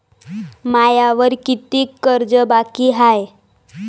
मायावर कितीक कर्ज बाकी हाय?